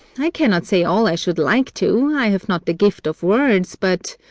i cannot say all i should like to i have not the gift of words, but